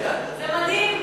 זה מדהים.